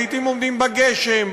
לעתים עומדים בגשם,